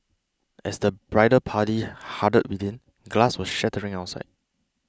as the bridal party huddled within glass was shattering outside